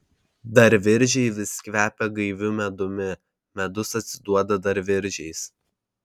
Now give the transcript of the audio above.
dar viržiai vis kvepia gaiviu medumi medus atsiduoda dar viržiais